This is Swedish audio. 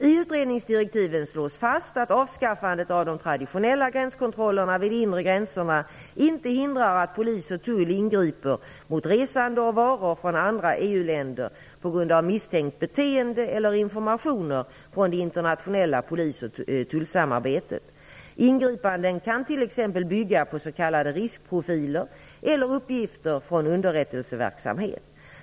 I utredningsdirektiven slås fast att avskaffandet av de traditionella gränskontrollerna vid de inre gränserna inte hindrar att polis och tull ingriper mot resande med varor från andra BU-länder på grund av misstänkt beteende eller informationer från det internationella polis och tullsamarbetet. Ingripanden kan t.ex. bygga på s.k. riskprofiler eller uppgifter från underrättelseverksamhet.